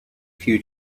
few